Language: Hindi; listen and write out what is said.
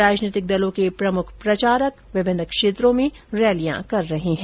राजनीतिक दलों के प्रमुख प्रचारक विभिन्न क्षेत्रों में रैलियां कर रहे हैं